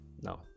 No